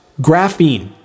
graphene